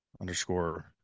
underscore